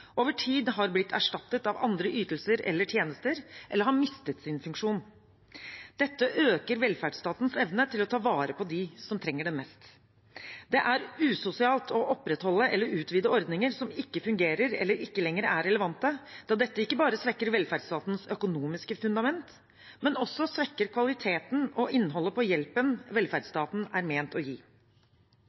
over tid har blitt erstattet av andre ytelser eller tjenester, eller har mistet sin funksjon. Dette øker velferdsstatens evne til å ta vare på dem som trenger det mest. Det er usosialt å opprettholde eller utvide ordninger som ikke fungerer eller ikke lenger er relevante, da dette ikke bare svekker velferdsstatens økonomiske fundament, men svekker også kvaliteten og innholdet på den hjelpen velferdsstaten er ment å gi.